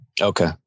Okay